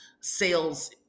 sales